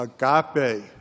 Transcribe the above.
agape